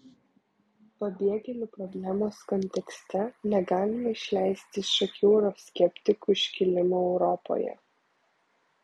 pabėgėlių problemos kontekste negalima išleisti iš akių euroskeptikų iškilimo europoje